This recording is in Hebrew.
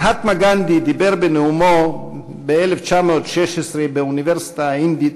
מהטמה גנדי דיבר בנאומו ב-1916 באוניברסיטה ההינדית